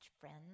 friends